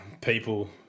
people